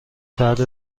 فرد